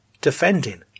defending